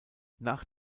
nach